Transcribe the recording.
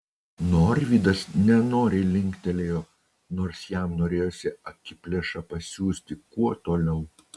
norvydas nenoriai linktelėjo nors jam norėjosi akiplėšą pasiųsti kuo toliau